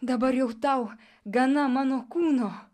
dabar jau tau gana mano kūno